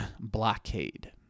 Blockade